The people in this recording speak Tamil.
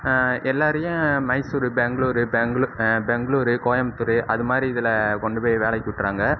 எல்லாரையும் மைசூரு பேங்களூரு பேங்களூர் பெங்களூரு கோயமுத்தூர் அதுமாதிரி இதில் கொண்டு போய் வேலைக்கு விட்டுடுறாங்க